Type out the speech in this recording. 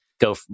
go